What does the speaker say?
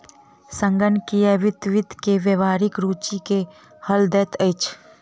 संगणकीय वित्त वित्त के व्यावहारिक रूचि के हल दैत अछि